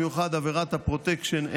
במיוחד עבירת הפרוטקשן,